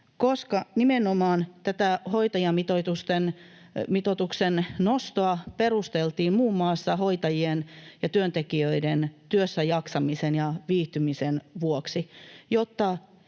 Nimenomaan tätä hoitajamitoituksen nostoa perusteltiin muun muassa hoitajien ja työntekijöiden työssäjaksamisen ja viihtymisen vuoksi, jotta